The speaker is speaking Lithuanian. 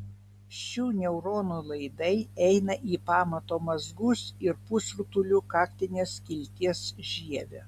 šių neuronų laidai eina į pamato mazgus ir pusrutulių kaktinės skilties žievę